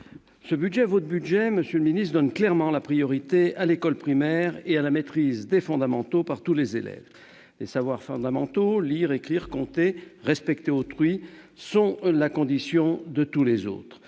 projet de budget, monsieur le ministre, donne clairement la priorité à l'école primaire et à la maîtrise des fondamentaux par tous les élèves. Les savoirs fondamentaux- lire, écrire, compter, respecter autrui -sont la condition de l'acquisition